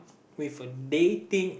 with a dating